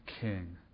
king